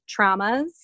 traumas